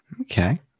Okay